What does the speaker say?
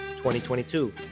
2022